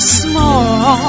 small